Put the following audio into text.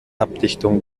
abdichtung